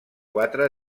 quatre